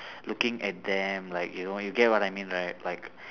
looking at them like you know you get what I mean right like